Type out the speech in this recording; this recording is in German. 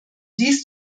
dies